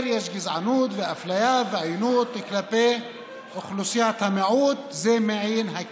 יציג את הצעת החוק חבר הכנסת אנטאנס שחאדה,